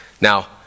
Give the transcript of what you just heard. Now